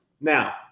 Now